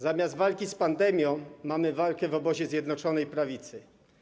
Zamiast walki z pandemią mamy walkę w obozie Zjednoczonej Prawicy.